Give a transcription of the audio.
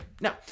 Now